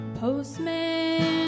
Postman